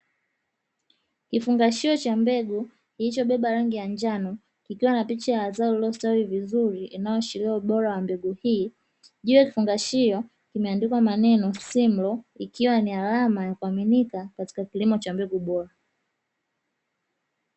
Kifungashio cha mbegu kilichobeba rangi ya njano kikiwa na picha ya zao lililostawi vizuri inayoashiria ubora wa mbegu hii, juu ya kifungashio kimeandikwa maneno simlo ikiwa ni alama ya kuaminika katika kilimo cha mbegu bora.